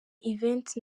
event